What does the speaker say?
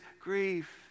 grief